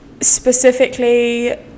specifically